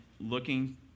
looking